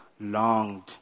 longed